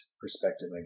perspective